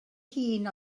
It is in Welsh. hun